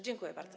Dziękuję bardzo.